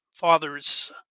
father's